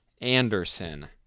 anderson